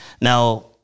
Now